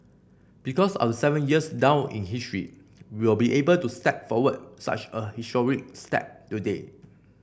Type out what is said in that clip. because of seven years down in history we will be able to step forward such a step today